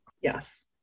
yes